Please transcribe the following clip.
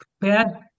bad